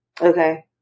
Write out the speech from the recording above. Okay